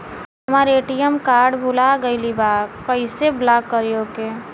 हमार ATM card भूला गईल बा कईसे ब्लॉक करी ओके?